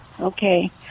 Okay